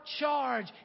charge